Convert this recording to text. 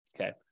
Okay